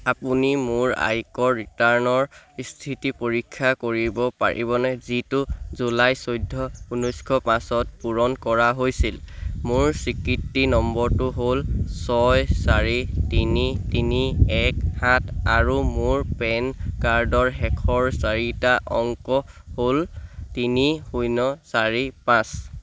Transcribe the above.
আপুনি মোৰ আয়কৰ ৰিটাৰ্ণৰ স্থিতি পৰীক্ষা কৰিব পাৰিবনে যিটো জুলাই চৈধ্য ঊনৈছশ পাঁচত পূৰণ কৰা হৈছিল মোৰ স্বীকৃতি নম্বৰটো হ'ল ছয় চাৰি তিনি তিনি এক সাত আৰু মোৰ পেন কাৰ্ডৰ শেষৰ চাৰিটা অংক হ' ল তিনি শূন্য চাৰি পাঁচ